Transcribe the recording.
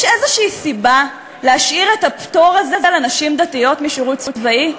יש איזו סיבה להשאיר את הפטור הזה לנשים דתיות משירות צבאי?